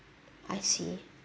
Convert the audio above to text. I see